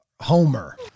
Homer